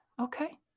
Okay